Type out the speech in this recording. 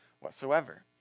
whatsoever